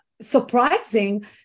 surprising